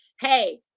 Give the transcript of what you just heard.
hey